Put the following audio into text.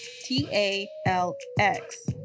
T-A-L-X